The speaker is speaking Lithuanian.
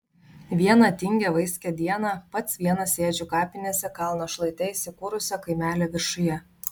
vieną tingią vaiskią dieną pats vienas sėdžiu kapinėse kalno šlaite įsikūrusio kaimelio viršuje